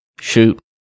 Shoot